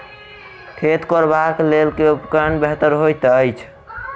खेत कोरबाक लेल केँ उपकरण बेहतर होइत अछि?